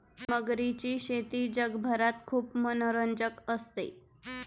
मगरीची शेती जगभरात खूप मनोरंजक असते